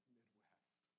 Midwest